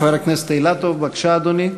חבר הכנסת אילטוב, בבקשה, אדוני.